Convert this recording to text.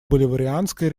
боливарианская